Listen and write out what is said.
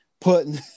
putting